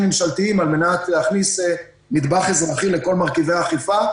ממשלתיים על מנת להכניס נדבך אזרחי לכל מרכיבי האכיפה,